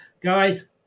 Guys